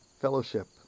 fellowship